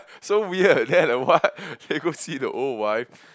so weird then the what then go see the old wife